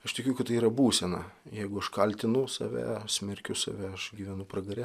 aš tikiu kad tai yra būsena jeigu aš kaltinu save smerkiu save aš gyvenu pragare